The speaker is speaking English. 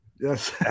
yes